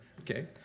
Okay